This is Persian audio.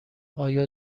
آیا